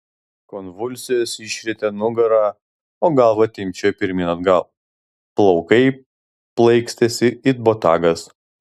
konvulsijos išrietė nugarą o galva timpčiojo pirmyn atgal plaukai plaikstėsi it botagas